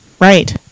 Right